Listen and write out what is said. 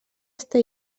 està